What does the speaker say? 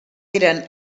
eren